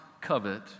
covet